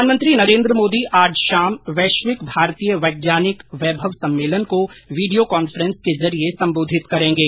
प्रधानमंत्री नरेन्द्र मोदी आज शाम को वैश्विक भारतीय वैज्ञानिक वैभव सम्मेलन को वीडियो कॉन्फ्रेंस के जरिये संबोधित करेंगे